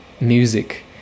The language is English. music